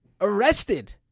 arrested